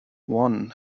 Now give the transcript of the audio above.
one